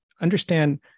Understand